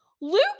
Luke